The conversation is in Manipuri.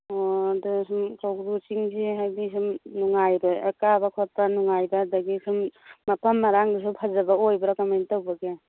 ꯑꯣ ꯑꯗꯨꯗꯤ ꯀꯧꯕ꯭ꯔꯨ ꯆꯤꯡꯁꯤ ꯍꯥꯏꯕꯗꯤ ꯁꯨꯝ ꯅꯨꯡꯉꯥꯏꯕ ꯀꯥꯕ ꯈꯣꯠꯄ ꯅꯨꯡꯉꯥꯏꯕ ꯁꯨꯝ ꯃꯐꯝ ꯃꯔꯥꯡꯁꯨ ꯁꯨꯝ ꯐꯖꯕ ꯑꯣꯏꯕ꯭ꯔꯥ ꯀꯃꯥꯏ ꯇꯧꯕꯒꯦ